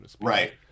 right